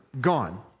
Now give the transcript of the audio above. gone